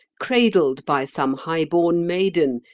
cradled by some high-born maiden,